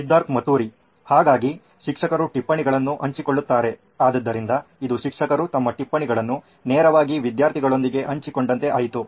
ಸಿದ್ಧಾರ್ಥ್ ಮತುರಿ ಹಾಗಾಗಿ ಶಿಕ್ಷಕರು ಟಿಪ್ಪಣಿಗಳನ್ನು ಹಂಚಿಕೊಳ್ಳುತ್ತಾರೆ ಆದ್ದರಿಂದ ಇದು ಶಿಕ್ಷಕರು ತಮ್ಮ ಟಿಪ್ಪಣಿಗಳನ್ನು ನೇರವಾಗಿ ವಿದ್ಯಾರ್ಥಿಗಳೊಂದಿಗೆ ಹಂಚಿಕೊಂಡಂತೆ ಆಯ್ತು